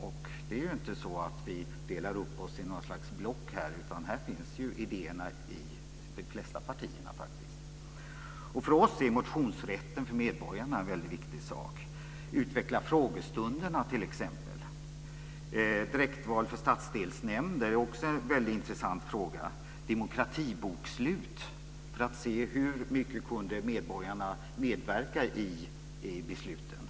Vi delar här inte upp oss i block, utan dessa idéer finns i de flesta partier. För oss är motionsrätt för medborgarna en viktig fråga liksom t.ex. utveckling av frågestunderna. Också direktval till stadsdelsnämnder är en väldigt intressant fråga liksom demokratibokslut för att se hur mycket medborgarna har kunnat medverka i besluten.